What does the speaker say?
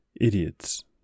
idiots